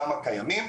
גם הקיימים,